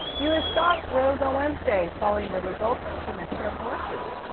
u s. stocks rose on wednesday following the results of the midterm elections.